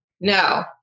No